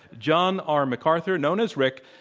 john r. macarthur, known as rick.